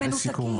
ברור.